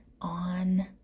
on